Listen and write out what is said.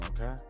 okay